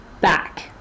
back